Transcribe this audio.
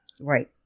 Right